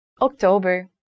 October